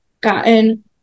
gotten